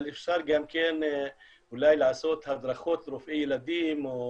אבל אפשר אולי גם כן לעשות הדרכות של רופאי ילדים או